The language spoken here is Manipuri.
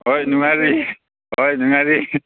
ꯍꯣꯏ ꯅꯨꯡꯉꯥꯏꯔꯤ ꯍꯣꯏ ꯅꯨꯡꯉꯥꯏꯔꯤ